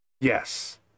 Yes